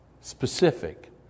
Specific